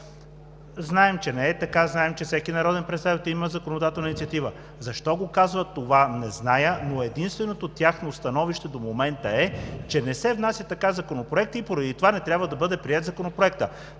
Знаем, че не е така, знаем, че всеки народен представител има законодателна инициатива. Защо го казват това не зная, но единственото тяхно становище до момента е, че не се внася така законопроект и поради това не трябва да бъде приет Законопроектът.